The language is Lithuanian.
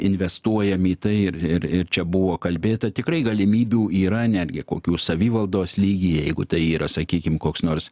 investuojam į tai ir ir čia buvo kalbėta tikrai galimybių yra netgi kokių savivaldos lygyje jeigu tai yra sakykim koks nors